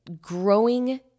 growing